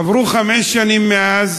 עברו חמש שנים מאז,